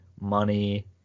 money